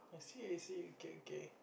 I see I see okay okay